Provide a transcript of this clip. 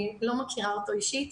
אני לא מכירה אותו אישית,